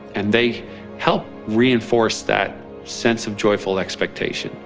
and they help reinforce that sense of joyful expectation.